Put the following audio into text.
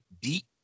deep